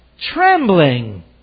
trembling